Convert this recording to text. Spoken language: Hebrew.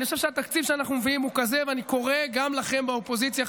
אני חושב שהתקציב שאנחנו מביאים הוא כזה ואני קורא גם לכם באופוזיציה,